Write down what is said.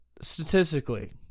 statistically